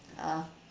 uh